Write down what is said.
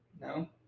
No